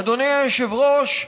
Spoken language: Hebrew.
אדוני היושב-ראש,